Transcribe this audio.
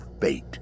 fate